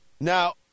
Now